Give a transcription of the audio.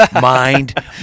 mind